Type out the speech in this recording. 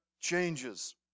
changes